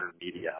media